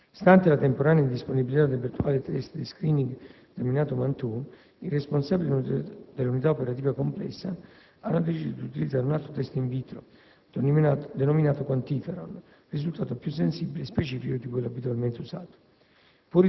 Stante la temporanea indisponibilità dell'abituale *test* di *screening* denominato «Mantoux», i responsabili dell'unità operativa complessa hanno deciso di utilizzare un altro test *in vitro*, denominato «Quantiferon», risultato più sensibile e specifico di quello abitualmente usato.